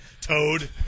toad